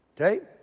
okay